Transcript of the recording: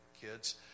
kids